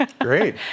Great